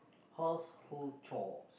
household chores